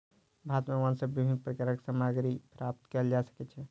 भारत में वन सॅ विभिन्न प्रकारक सामग्री प्राप्त कयल जा सकै छै